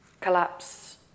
Collapse